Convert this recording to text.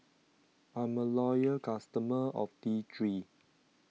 I'm a loyal customer of T three